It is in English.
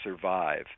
survive